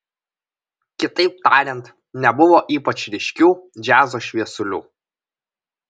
kitaip tariant nebuvo ypač ryškių džiazo šviesulių